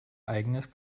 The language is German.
eigenes